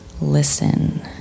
listen